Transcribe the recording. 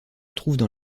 trouvent